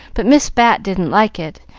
but miss bat didn't like it,